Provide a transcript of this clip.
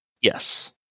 Yes